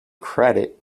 credit